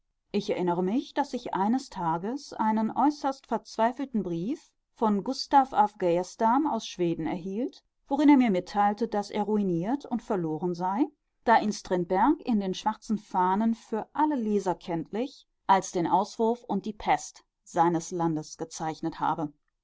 ich erinnere mich daß ich eines tages einen äußerst verzweifelten brief von gustaf af geijerstam aus schweden erhielt worin er mir mitteilte daß er ruiniert und verloren sei da ihn strindberg in den schwarzen fahnen für alle leser kenntlich als den auswurf und die pest seines landes gezeichnet habe